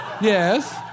Yes